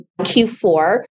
Q4